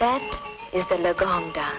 that is the come down